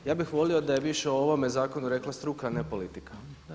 Ja bih volio da je više o ovom zakonu rekla struka, a ne politika.